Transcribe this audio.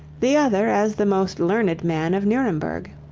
the other as the most learned man of nuremberg.